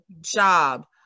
job